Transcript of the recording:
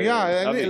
אבי.